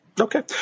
Okay